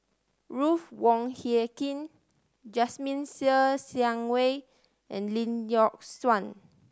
Ruth Wong Hie King Jasmine Ser Xiang Wei and Lee Yock Suan